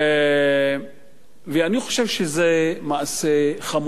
ואני חושב שזה מעשה חמור.